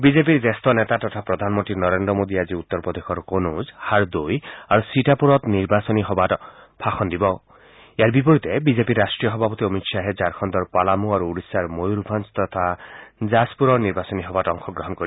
বিজেপিৰ জ্যেষ্ঠ নেতা তথা প্ৰধানমন্ত্ৰী নৰেন্দ্ৰ মোদীয়ে আজি উত্তৰ প্ৰদেশৰ কনৌজ হাৰদৈ আৰু সীতাপুৰত নিৰ্বাচনী সভাত ভাষণ দিয়াৰ বিপৰীতে বিজেপিৰ ৰাষ্ট্ৰীয় সভাপতি অমিত শ্বাহে ঝাৰখণ্ডৰ পালামু আৰু ওড়িশাৰ ময়ুৰভাঞ্জ আৰু জাছপুৰৰ নিৰ্বাচনী সভাত অংশগ্ৰহণ কৰিব